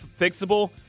fixable